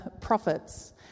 prophets